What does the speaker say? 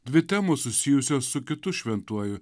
dvi temos susijusios su kitu šventuoju